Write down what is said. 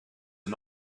are